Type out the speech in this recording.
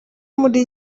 muri